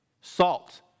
Salt